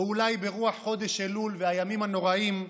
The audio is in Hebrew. או אולי, ברוח חודש אלול והימים הנוראים,